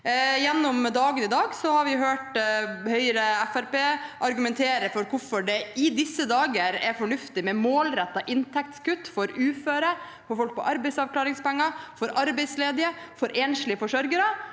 Gjennom dagen i dag har vi hørt Høyre og Fremskrittspartiet argumentere for hvorfor det i disse dager er fornuftig med målrettede inntektskutt for uføre, for folk på arbeidsavklaringspenger, for arbeidsledige og for enslige forsørgere,